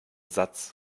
satz